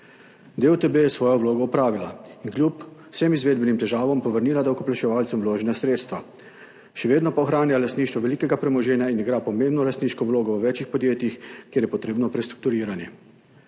DUTB je svojo vlogo opravila in kljub vsem izvedbenim težavam povrnila davkoplačevalcem vložena sredstva. Še vedno pa ohranja lastništvo velikega premoženja in igra pomembno lastniško vlogo v več podjetjih, kjer je potrebno prestrukturiranje.